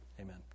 Amen